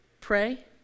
pray